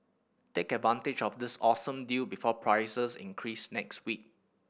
take advantage of this awesome deal before prices increase next week